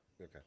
Okay